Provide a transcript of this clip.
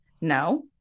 No